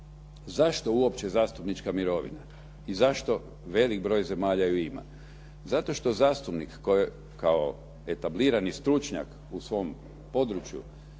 Zašto uopće zastupnička mirovina i zašto velik broj zemalja ju ima? Zato što zastupnik koji kao etablirani stručnjak u svom području